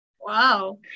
Wow